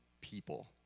people